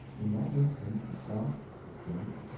in that instant a soft, a faint,